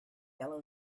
yellow